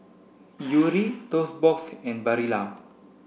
Yuri Toast Box and Barilla